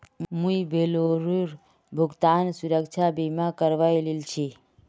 मुई बोलेरोर भुगतान सुरक्षा बीमा करवइ लिल छि